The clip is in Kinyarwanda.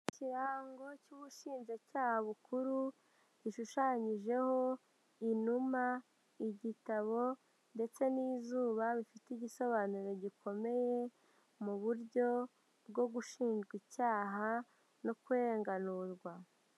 Ikirango cy'ubushinjacyaha bukuru, gishushanyijeho inuma, igitabo ndetse n'izuba, bifite igisobanuro gikomeye, mu buryo bwo gushinjwa icyaha no kurenganurwa.